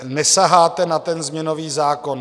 Nesaháte na ten změnový zákon.